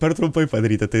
per trumpai padaryta tai